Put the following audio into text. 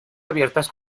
abiertas